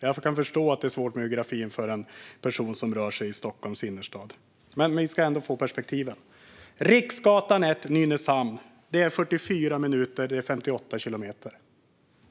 Jag kan förstå att det är svårt med geografin för en person som rör sig i Stockholms innerstad, men det handlar om perspektiv. Från Riksgatan 1 till Nynäshamn är det 58 kilometer, och det tar 44 minuter.